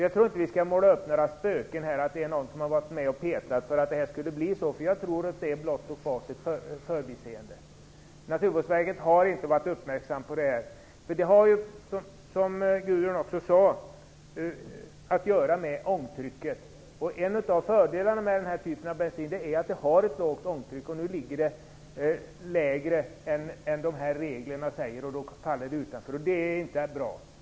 Jag tror inte att vi skall måla upp spöken och säga att någon har varit med och petat för att det skulle bli fel. Jag tror att det är blott och bart ett förbiseende. Man har inte varit uppmärksam på denna fråga på Naturvårdsverket. Det har som Gudrun Lindvall också sade att göra med ångtrycket. En av fördelarna med denna typ av bensin är att den har ett lågt ångtryck. Nu ligger det lägre än reglerna säger, och då faller bensinen utanför miljöklassen. Det är inte bra.